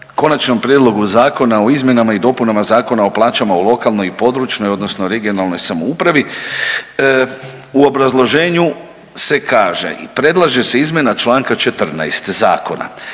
Konačnom prijedlogu Zakona o izmjenama i dopunama Zakona u plaćama u lokalnoj i područnoj odnosno regionalnoj samoupravi u obrazloženju se kaže i predlaže se izmjena Članka 14. zakona